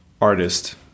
artist